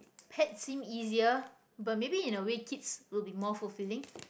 pet seem easier but maybe in a way kids will be more fulfilling